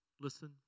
listen